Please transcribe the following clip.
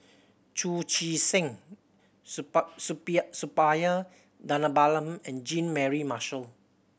Chu Chee Seng Suppiah Dhanabalan and Jean Mary Marshall